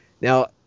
Now